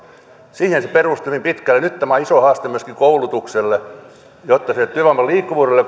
siihen se perustuu hyvin pitkälle nyt tämä on iso haaste myöskin koulutukselle ja työvoiman liikkuvuudelle